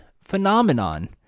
phenomenon